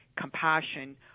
compassion